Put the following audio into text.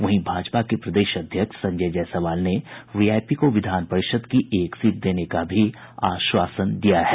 वहीं भाजपा के प्रदेश अध्यक्ष संजय जायसवाल ने वीआईपी को विधान परिषद् की एक सीट देने का भी आश्वासन दिया है